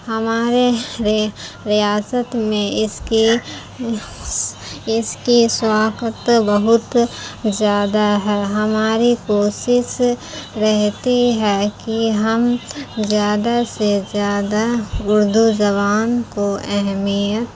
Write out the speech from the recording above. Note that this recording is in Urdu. ہمارے ریاست میں اس کی اس کی اس وقت بہت زیادہ ہے ہماری کوشش رہتی ہے کہ ہم زیادہ سے زیادہ اردو زبان کو اہمیت